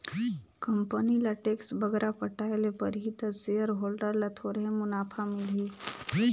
company ल tax बगरा पटाए ले परही ता सेयर होल्डर ल थोरहें मुनाफा मिलही